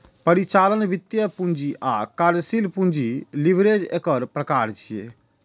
परिचालन, वित्तीय, पूंजी आ कार्यशील पूंजी लीवरेज एकर प्रकार छियै